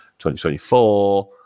2024